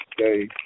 okay